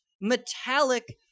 metallic